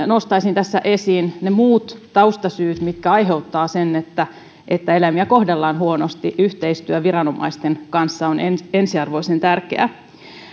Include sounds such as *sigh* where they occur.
*unintelligible* nostaisin tässä esiin myöskin ne muut taustasyyt mitkä aiheuttavat sen että että eläimiä kohdellaan huonosti yhteistyö viranomaisten kanssa on ensiarvoisen tärkeää